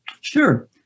Sure